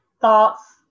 thoughts